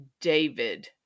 David